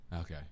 okay